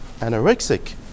anorexic